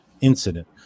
incident